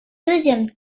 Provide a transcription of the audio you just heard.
deuxième